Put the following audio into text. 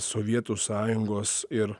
sovietų sąjungos ir